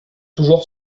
toujours